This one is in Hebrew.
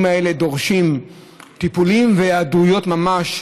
האלה דורשים טיפולים והיעדרויות ממש.